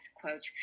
quote